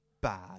bad